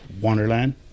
Wonderland